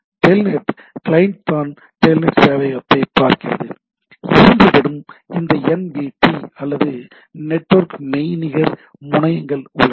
Telnet client தான் telnet சேவையகத்தைப் பார்க்கிறது இரண்டிடமும் இந்த என்விடி அல்லது நெட்வொர்க் மெய்நிகர் முனையங்கள் உள்ளன